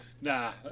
Nah